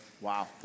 wow